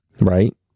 right